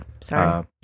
sorry